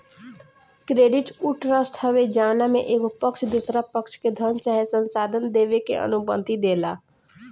credit उ trust हवे जवना में एगो पक्ष दोसरा पक्ष के धन चाहे संसाधन देबे के अनुमति देला